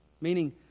meaning